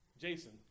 Jason